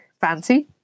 fancy